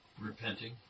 Repenting